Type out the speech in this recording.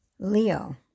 Leo